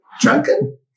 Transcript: Drunken